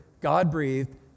God-breathed